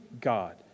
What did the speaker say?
God